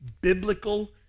biblical